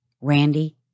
Randy